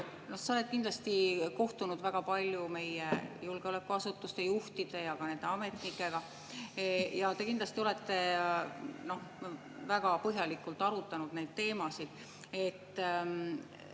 Sa oled kindlasti väga palju kohtunud meie julgeolekuasutuste juhtide ja ka nende ametnikega. Te kindlasti olete väga põhjalikult arutanud neid teemasid.